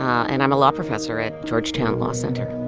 and i'm a law professor at georgetown law center